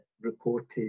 reported